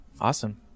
Awesome